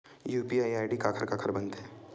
UPI ID काखर काखर बनथे?